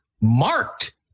marked